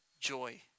joy